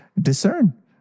discern